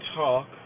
talk